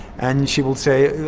and she will say,